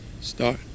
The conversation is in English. Start